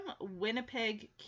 Winnipeg